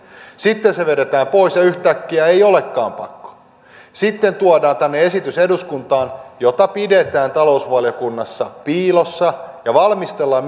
sitten se vedetään pois ja yhtäkkiä ei olekaan pakko sitten tuodaan tänne eduskuntaan esitys jota pidetään talousvaliokunnassa piilossa ja valmistellaan